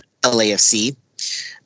LAFC